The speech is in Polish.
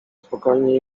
spokojnie